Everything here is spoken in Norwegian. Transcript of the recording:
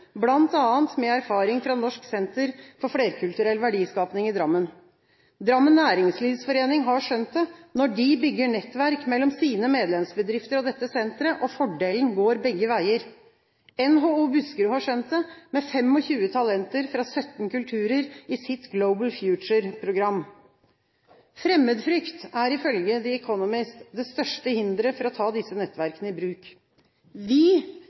med erfaringer fra Norsk Senter for Flerkulturell Verdiskapning i Drammen. Drammen Næringslivsforening har skjønt det, når de bygger nettverk mellom sine medlemsbedrifter og dette senteret, og fordelen går begge veier. NHO Buskerud har skjønt det, med 25 talenter fra 17 kulturer i sitt Global Future-program. Fremmedfrykt er, ifølge The Economist, det største hinderet for å ta disse nettverkene i bruk. Vi